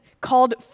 called